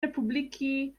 republiky